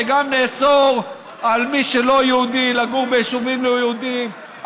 וגם נאסור על מי שלא יהודי לגור ביישובים לא יהודיים.